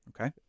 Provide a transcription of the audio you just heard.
Okay